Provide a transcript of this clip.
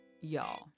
Y'all